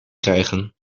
krijgen